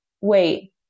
wait